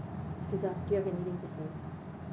fizah do you have anything to say